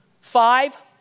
five